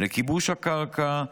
לכיבוש הקרקע,